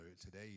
today